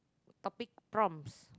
topic prompts